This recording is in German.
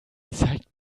zeigt